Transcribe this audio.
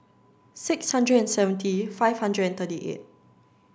six hundred and seventy five hundred thirty eight